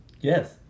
Yes